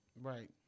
Right